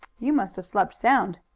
you must have slept sound.